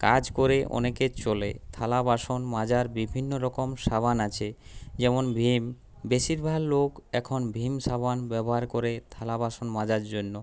কাজ করে অনেকের চলে থালা বাসন মাজার বিভিন্ন রকম সাবান আছে যেমন ভীম বেশিরভাগ লোক এখন ভীম সাবান ব্যবহার করে থালা বাসন মাজার জন্য